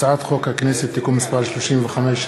הצעת חוק הכנסת (תיקון מס' 35),